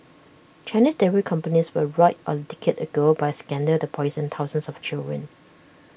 Chinese dairy companies were roiled A decade ago by A scandal that poisoned thousands of children